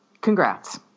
congrats